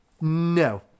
no